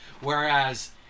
Whereas